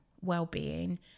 well-being